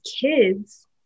kids